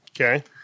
Okay